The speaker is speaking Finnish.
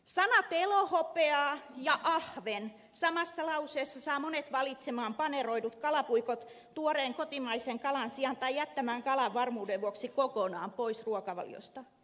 sanat elohopeaa ja ahven samassa lauseessa saavat monet valitsemaan paneroidut kalapuikot tuoreen kotimaisen kalan sijaan tai jättämään kalan varmuuden vuoksi kokonaan pois ruokavaliosta